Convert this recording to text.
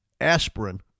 aspirin